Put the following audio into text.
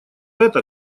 это